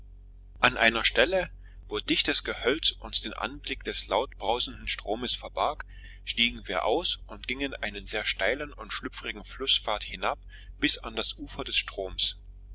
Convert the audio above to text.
an einer stelle wo dichtes gehölz uns den anblick des laut brausenden stromes verbarg stiegen wir aus und gingen einen sehr steilen und schlüpfrigen flußpfad hinab bis an das ufer des stroms